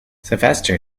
sylvester